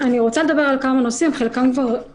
אני רוצה לדבר על כמה נושאים, על חלקם דיברתם,